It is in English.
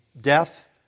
death